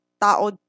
tao